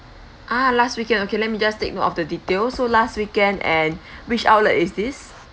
ah last weekend okay let me just take note of the details so last weekend and which outlet is this